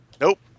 Nope